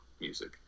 music